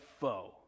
foe